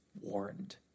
warned